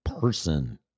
person